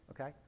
okay